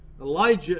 Elijah